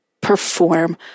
perform